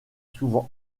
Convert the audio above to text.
souvent